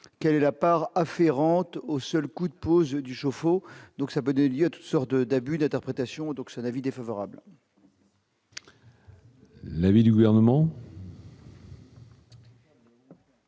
quelle est la part afférentes au seul coût de pause du chauffe-eau, donc ça peut donner lieu à toutes sortes de d'abus d'interprétation donc son avis défavorable. L'avis du gouvernement.